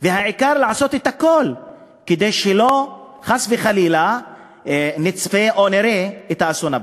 והעיקר לעשות הכול כדי שחס וחלילה לא נצפה או נראה את האסון הבא.